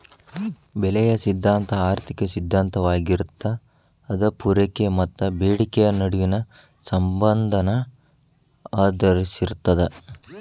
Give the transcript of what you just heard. ಬೆಲೆಯ ಸಿದ್ಧಾಂತ ಆರ್ಥಿಕ ಸಿದ್ಧಾಂತವಾಗಿರತ್ತ ಅದ ಪೂರೈಕೆ ಮತ್ತ ಬೇಡಿಕೆಯ ನಡುವಿನ ಸಂಬಂಧನ ಆಧರಿಸಿರ್ತದ